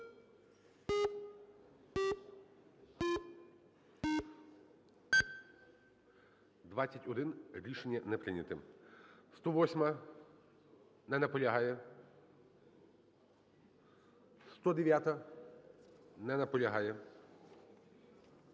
За-21 Рішення не прийнято. 108-а. Не наполягає. 109-а. Не наполягає. 110-а.